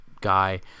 Guy